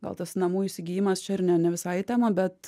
gal tas namų įsigijimas čia ir ne ne visai į temą bet